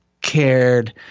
cared